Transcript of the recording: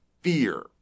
fear